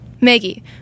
Maggie